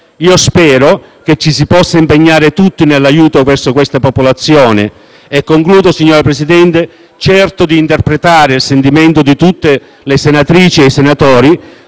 Io spero che ci si possa impegnare tutti nell'aiuto a questa popolazione. Signora Presidente, certo di interpretare il sentimento di tutte le senatrici ed i senatori,